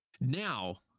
Now